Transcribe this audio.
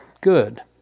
good